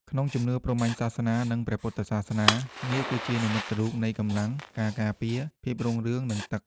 ក្នុងជំនឿព្រហ្មញ្ញសាសនា និងព្រះពុទ្ធសាសនា នាគជានិមិត្តរូបនៃកម្លាំង ការការពារ ភាពរុងរឿង និងទឹក។